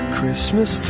Christmas